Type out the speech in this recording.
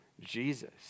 Jesus